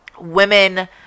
women